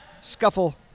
scuffle